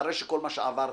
אחרי כל מה שעברת,